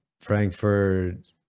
Frankfurt